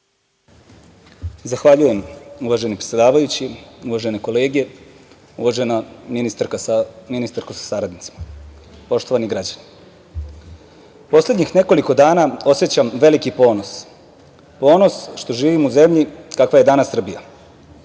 Zahvaljujem, uvaženi predsedavajući. Uvažene kolege, uvažena ministarko sa saradnicima, poštovani građani, poslednjih nekoliko dana osećam veliki ponos što živim u zemlji kakva je danas Srbija,